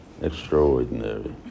extraordinary